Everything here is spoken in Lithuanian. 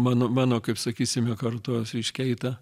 mano mano kaip sakysime kartos reiškia eita